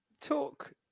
talk